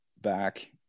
back